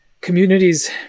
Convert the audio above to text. communities